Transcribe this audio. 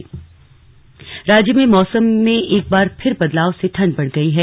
slug मौसम राज्य में मौसम में एक बार फिर बदलाव से ठंड बढ़ गई है